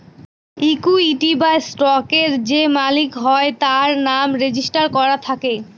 equity বা স্টকের যে মালিক হয় তার নাম রেজিস্টার করা থাকে